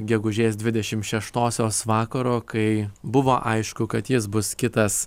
gegužės dvidešim šeštosios vakaro kai buvo aišku kad jis bus kitas